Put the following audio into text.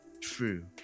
true